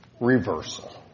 reversal